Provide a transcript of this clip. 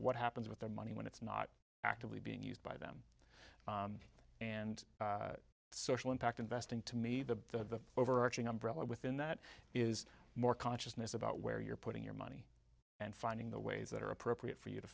what happens with their money when it's not actively being used by them and social impact investing to me the overarching umbrella within that is more consciousness about where you're putting your money and finding the ways that are appropriate for you to